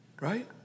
right